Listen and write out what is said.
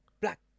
black